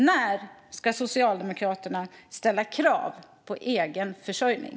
När ska Socialdemokraterna ställa krav på egen försörjning?